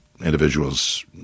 individuals